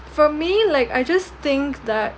for me like I just think that